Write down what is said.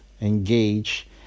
engage